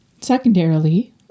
Secondarily